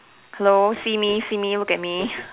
hello see me see me look at me